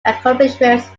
accomplishments